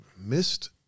Missed